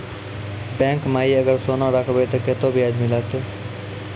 Bank माई अगर सोना राखबै ते कतो ब्याज मिलाते?